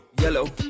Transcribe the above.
Yellow